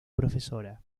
profesora